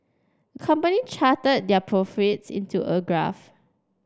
the company charted their profits into a graph